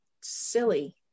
silly